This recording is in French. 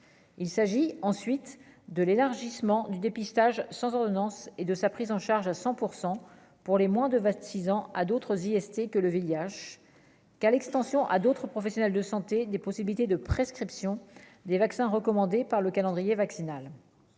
il s'agit ensuite de l'élargissement du dépistage sans ordonnance et de sa prise en charge à 100 % pour les moins de 26 ans à d'autres IST que le VIH l'extension à d'autres professionnels de santé, des possibilités de prescription des vaccins recommandés par le calendrier vaccinal,